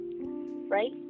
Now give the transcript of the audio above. Right